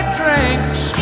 drinks